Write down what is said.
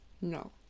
No